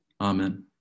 Amen